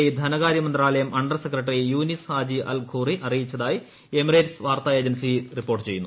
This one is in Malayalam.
ഇ ധനകാര്യ മന്ത്രാലയം under secretary Younis Haji Al Khoury അറിയിച്ചതായി എമറേറ്റ്സ് വാർത്താ ഏജൻസി റിപ്പോർട്ട് ചെയ്തു